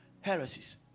heresies